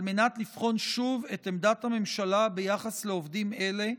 מנת לבחון שוב את עמדת הממשלה ביחס לעובדים אלה,